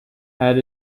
had